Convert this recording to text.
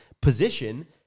position